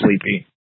sleepy